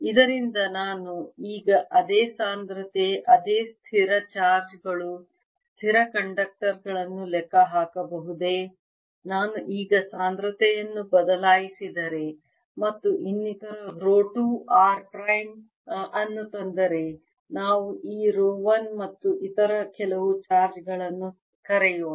ಇದರಿಂದ ನಾನು ಈಗ ಅದೇ ಸಾಂದ್ರತೆ ಅದೇ ಸ್ಥಿರ ಚಾರ್ಜ್ ಗಳು ಸ್ಥಿರ ಕಂಡಕ್ಟರ್ ಗಳನ್ನು ಲೆಕ್ಕ ಹಾಕಬಹುದೇ ನಾನು ಈಗ ಸಾಂದ್ರತೆಯನ್ನು ಬದಲಾಯಿಸಿದರೆ ಮತ್ತು ಇನ್ನಿತರ ರೋ 2 r ಪ್ರೈಮ್ ಅನ್ನು ತಂದರೆ ನಾವು ಈ ರೋ 1 ಮತ್ತು ಇತರ ಕೆಲವು ಚಾರ್ಜ್ ಗಳನ್ನು ಕರೆಯೋಣ